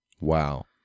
Wow